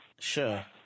Sure